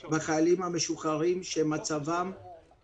לסייע לחיילים משוחררים הוא נכון,